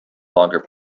longer